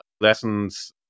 lessons